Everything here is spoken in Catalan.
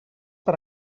per